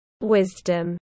wisdom